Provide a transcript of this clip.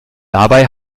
dabei